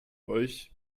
euch